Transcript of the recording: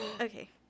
okay